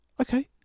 okay